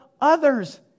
others